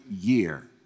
year